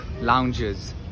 lounges